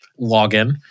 login